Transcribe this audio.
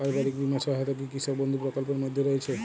পারিবারিক বীমা সহায়তা কি কৃষক বন্ধু প্রকল্পের মধ্যে রয়েছে?